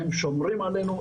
שומרות עלינו,